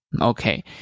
Okay